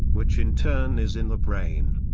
which in turn is in the brain.